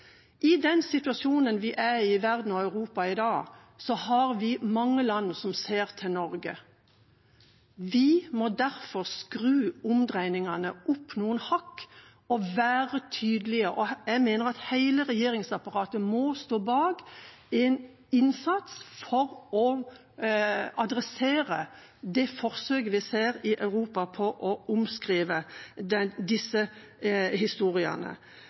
I den situasjonen vi er i i verden og i Europa i dag, er det mange land som ser til Norge. Vi må derfor skru omdreiningene opp noen hakk og være tydelige. Jeg mener at hele regjeringsapparatet må stå bak en innsats for å adressere det forsøket vi ser i Europa på å omskrive disse historiene.